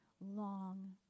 long